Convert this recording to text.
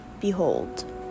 behold